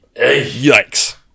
Yikes